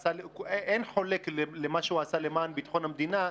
שאין חולק על מה שהוא עשה למען ביטחון המדינה,